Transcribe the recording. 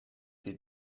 sie